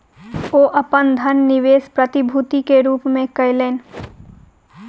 ओ अपन धन निवेश प्रतिभूति के रूप में कयलैन